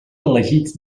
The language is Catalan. elegits